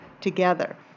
together